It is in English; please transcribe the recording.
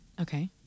Okay